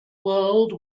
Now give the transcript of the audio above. world